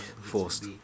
Forced